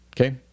Okay